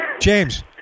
James